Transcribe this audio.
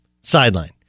sideline